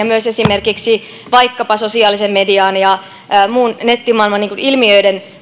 myös esimerkiksi vaikkapa sosiaalisen median ja muun nettimaailman ilmiöissä